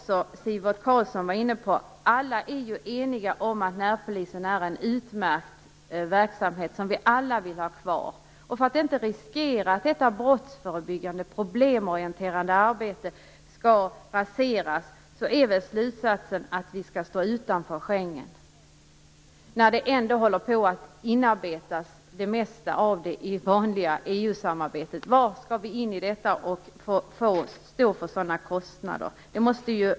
Som Sivert Carlsson var inne på är alla eniga om att närpolisen är en utmärkt verksamhet som vi alla vill ha kvar. För att inte riskera att detta brottsförebyggande och problemorienterade arbete raseras är slutsatsen att Sverige skall stå utanför Schengen. Det mesta av detta håller nämligen ändå på att inarbetas i det vanlig EU-samarbetet - så varför skall Sverige in i Schengensamarbetet och stå för alla dessa kostnader?